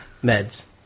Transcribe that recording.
meds